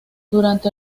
durante